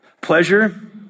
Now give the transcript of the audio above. Pleasure